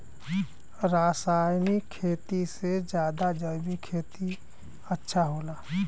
रासायनिक खेती से ज्यादा जैविक खेती अच्छा होला